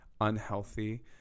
unhealthy